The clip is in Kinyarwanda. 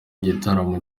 igitaramo